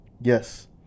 Yes